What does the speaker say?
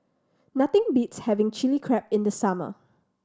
nothing beats having Chilli Crab in the summer